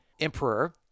emperor